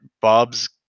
Bob's